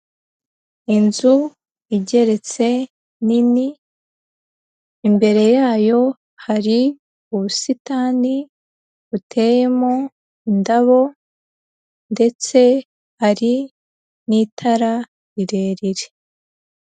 Inzu igeretse nini, imbere yayo hari ubusitani buteyemo indabo ndetse hari n'itara rirerire.